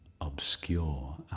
obscure